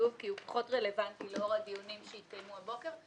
כי הוא פחות רלבנטי לאור הדיונים שהתקיימו הבוקר.